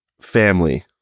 Family